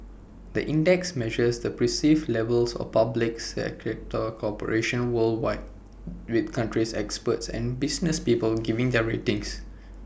the index measures the perceived levels of public sector corruption worldwide with country experts and business people giving their ratings